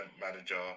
manager